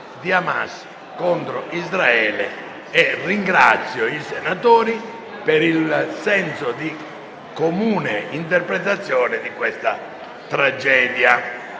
di Hamas contro Israele. Ringrazio i senatori per il senso di comune interpretazione di questa tragedia.